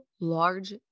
large